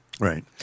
Right